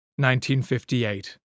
1958